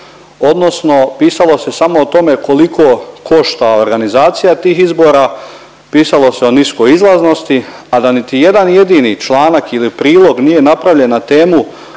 odnosno pisalo se samo o tome koliko košta organizacija tih izbora, pisalo se o niskoj izlaznosti, a da niti jedan jedini članak ili prilog nije napravljen na temu